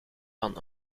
van